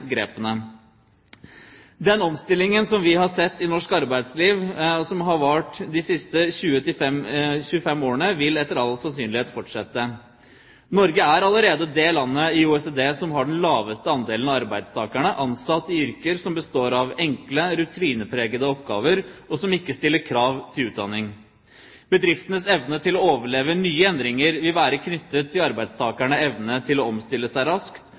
grepene. Den omstillingen som vi har sett i norsk arbeidsliv, og som har vart de siste 20–25 årene, vil etter all sannsynlighet fortsette. Norge er allerede det landet i OECD som har den laveste andelen av arbeidstakerne ansatt i yrker som består av enkle, rutinepregede oppgaver, og som ikke stiller krav til utdanning. Bedriftenes evne til å overleve nye endringer vil være knyttet til arbeidstakernes evne til å omstille seg raskt